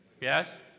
Yes